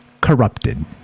corrupted